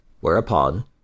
whereupon